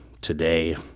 today